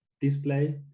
display